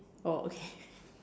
oh okay